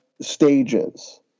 stages